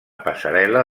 passarel·la